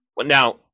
Now